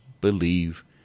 believe